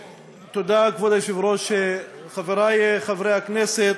תודה, כבוד היושב-ראש, חברי חברי הכנסת,